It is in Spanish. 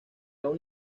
una